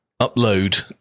upload